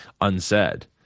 unsaid